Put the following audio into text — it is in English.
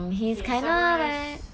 okay summarise